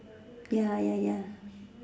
ya ya ya